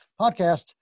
podcast